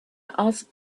asked